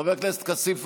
חבר הכנסת כסיף,